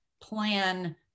plan